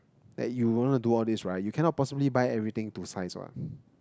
that you gonna do all these right you cannot possibly buy everything to size what